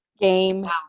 Game